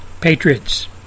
Patriots